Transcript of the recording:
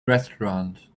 restaurant